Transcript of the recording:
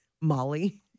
Molly